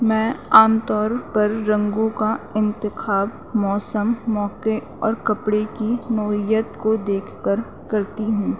میں عام طور پر رنگوں کا انتخاب موسم موقعے اور کپڑے کی نوعیت کو دیکھ کر کرتی ہوں